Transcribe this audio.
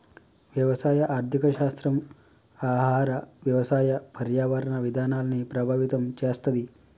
వ్యవసాయ ఆర్థిక శాస్త్రం ఆహార, వ్యవసాయ, పర్యావరణ విధానాల్ని ప్రభావితం చేస్తది